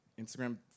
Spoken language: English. Instagram